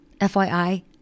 FYI